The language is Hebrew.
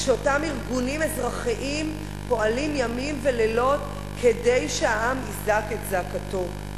ושאותם ארגונים אזרחיים פועלים ימים ולילות כדי שהעם יזעק את זעקתו.